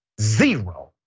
zero